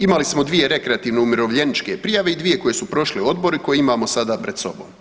Imali smo dvije rekreativne umirovljeničke prijave i dvije koje su prošle Odbor i koje imamo sada pred sobom.